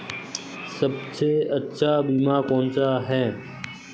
सबसे अच्छा बीमा कौनसा है?